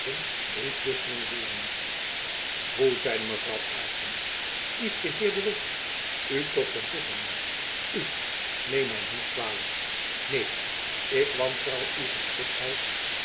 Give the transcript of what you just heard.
briefwisseling voeren hoe zeide mevrouw aarssen kiest de heer de witt u tot zijn tusschenman u neem het my niet kwalijk neef ik wantrouw uw